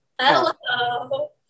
Hello